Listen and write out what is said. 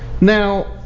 Now